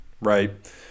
Right